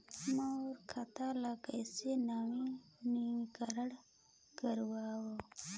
मोर खाता ल कइसे नवीनीकरण कराओ?